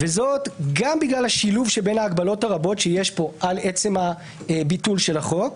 זאת גם בגלל השילוב שבין ההגבלות הרבות שיש פה על עצם ביטול החוק,